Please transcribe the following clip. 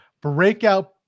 breakout